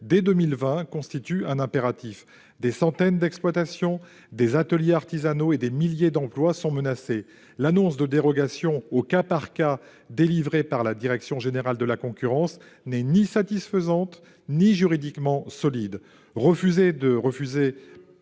dès 2020 constitue un impératif. Des centaines d'exploitations, des ateliers artisanaux et des milliers d'emplois sont menacés. L'annonce de dérogations délivrées au cas par cas par la direction générale de la concurrence n'est ni satisfaisante ni juridiquement solide.